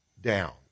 down